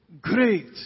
great